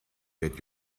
get